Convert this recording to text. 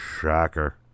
Shocker